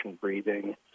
breathing